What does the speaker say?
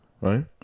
Right